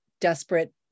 desperate